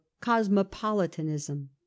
cosmopolitanism